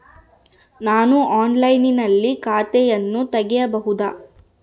ನಾನು ಆನ್ಲೈನಿನಲ್ಲಿ ಖಾತೆಯನ್ನ ತೆಗೆಯಬಹುದಾ?